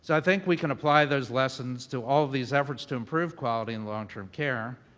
so i think we can apply those lessons to all these efforts to improve quality and long-term care,